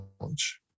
knowledge